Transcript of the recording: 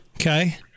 Okay